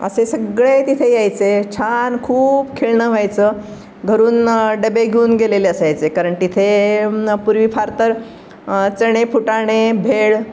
असे सगळे तिथे यायचे छान खूप खेळणं व्हायचं घरून डबे घेऊन गेलेले असायचे कारण तिथे पूर्वी फार तर चणे फुटाणे भेळ